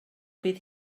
bydd